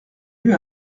eut